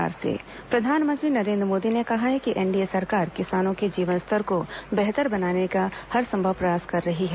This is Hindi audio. प्रधानमंत्री किसान प्रधानमंत्री नरेन्द्र मोदी ने कहा है कि एनडीए सरकार किसानों के जीवन स्तर को बेहतर बनाने के लिए हरसंभव प्रयास कर रही हैं